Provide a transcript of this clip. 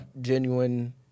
genuine